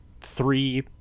three